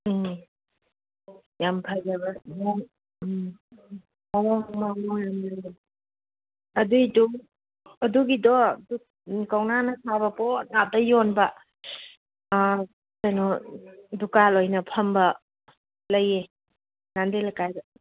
ꯎꯝ ꯌꯥꯝ ꯐꯖꯕꯅ ꯎꯝ ꯑꯗꯨꯒꯤꯗꯨ ꯑꯗꯨꯒꯤꯗꯣ ꯀꯧꯅꯥꯅ ꯁꯥꯕ ꯄꯣꯠ ꯉꯥꯛꯇ ꯌꯣꯟꯕ ꯀꯩꯅꯣ ꯗꯨꯀꯥꯟ ꯑꯣꯏꯅ ꯐꯝꯕ ꯂꯩꯌꯦ ꯅꯥꯟꯗꯦ ꯂꯩꯀꯥꯏꯗ